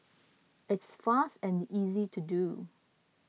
it's fast and easy to do